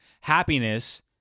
happiness